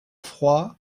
froid